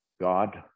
God